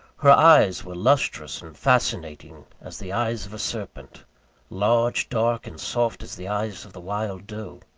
her eyes were lustrous and fascinating, as the eyes of a serpent large, dark and soft, as the eyes of the wild doe.